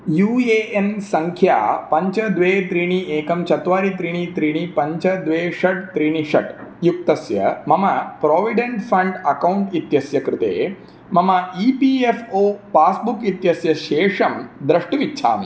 you A N सङ्ख्या पञ्च द्वे त्रीणि एकं चत्वारि त्रीणि त्रीणि पञ्च द्वे षड् त्रीणि षट् युक्तस्य मम प्रोविडेण्ट् फ़ण्ड् अकौण्ट् इत्यस्य कृते मम E P F O passbook इत्यस्य शेषं द्रष्टुम् इच्छामि